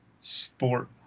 sport